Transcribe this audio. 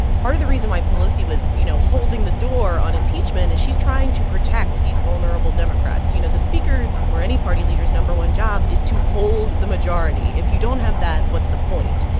part of the reason why pelosi was, you know, holding the door on impeachment is she's trying to protect these vulnerable democrats. you know, the speaker or any party leader's no. one job is to hold the majority. if you don't have that, what's the point?